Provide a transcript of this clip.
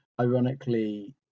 ironically